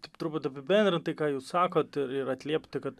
taip turbūt apibendrintai ką jūs sakot ir ir atliepti kad